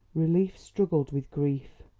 relief struggled with grief.